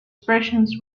expressions